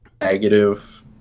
negative